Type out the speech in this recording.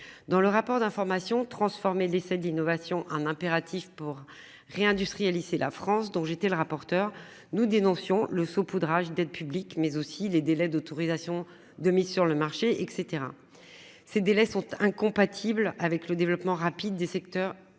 Dans le rapport d'information transformer l'essai de l'innovation un impératif pour réindustrialiser la France, dont j'étais le rapporteur nous dénoncions le saupoudrage d'aides publiques, mais aussi les délais d'autorisation de mise sur le marché et caetera. Ces délais sont incompatibles avec le développement rapide des secteurs